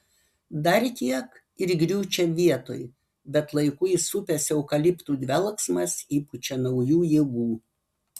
dar kiek ir griūčiau vietoj bet laiku įsupęs eukaliptų dvelksmas įpučia naujų jėgų